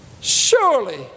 Surely